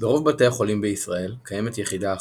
ברוב בתי החולים בישראל קיימת יחידה אחת,